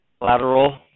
lateral